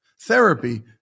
Therapy